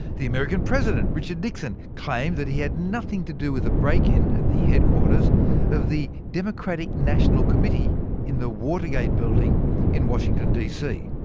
the american president, richard nixon, claimed that he had nothing to do with a break in at the headquarters of the democratic national committee in the watergate building in washington dc.